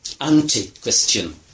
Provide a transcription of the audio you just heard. anti-Christian